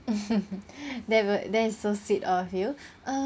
that will that is so sweet of you uh